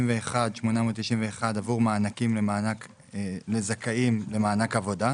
161,891 עבור מענקים לזכאים למענק עבודה,